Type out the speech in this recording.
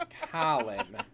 Colin